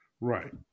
Right